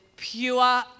pure